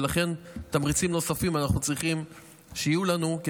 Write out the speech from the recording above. ולכן אנחנו צריכים שיהיו לנו תמריצים נוספים